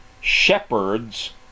shepherds